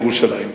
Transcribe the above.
ירושלים,